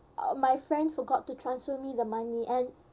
uh my friend forgot to transfer me the money and